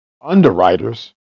underwriters